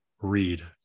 read